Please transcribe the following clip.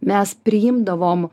mes priimdavom